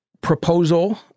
proposal